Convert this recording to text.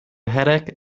headache